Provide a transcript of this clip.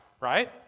Right